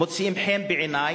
מוצאים חן בעיני,